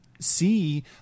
see